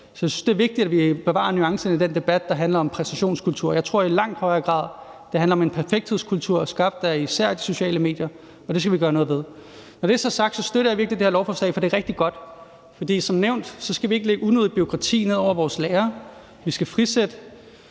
Jeg synes, det er vigtigt, at vi bevarer nuancerne i den debat, der handler om præstationskultur. Jeg tror i langt højere grad, at det handler om en perfekthedskultur skabt af især de sociale medier – og det skal vi gøre noget ved. Når det så er sagt, støtter jeg virkelig det her lovforslag, fordi det er rigtig godt. For som nævnt skal vi ikke lægge unødigt bureaukrati ned over vores lærere; vi skal frisætte.